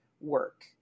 work